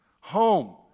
home